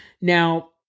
Now